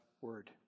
word